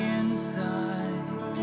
inside